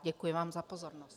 Děkuji vám za pozornost.